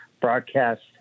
broadcast